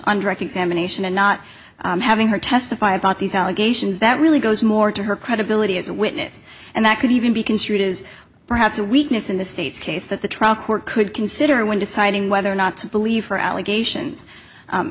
on direct examination and not having her testify about these allegations that really goes more to her credibility as a witness and that could even be construed as perhaps a weakness in the state's case that the trial court could consider when deciding whether or not to believe her allegations